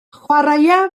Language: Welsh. chwaraea